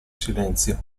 silenzio